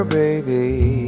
baby